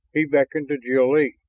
he beckoned to jil-lee.